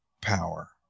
power